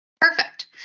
Perfect